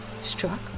struck